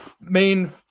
main